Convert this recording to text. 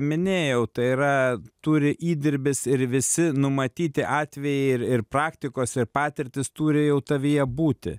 minėjau tai yra turi įdirbis ir visi numatyti atvejai ir ir praktikos ir patirtys turi jau tavyje būti